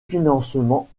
financement